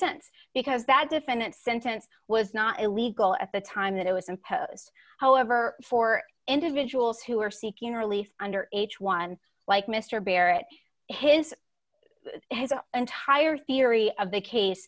sense because that defendant sentence was not illegal at the time that it was imposed however for individuals who are seeking relief under age one like mr barrett his entire theory of the case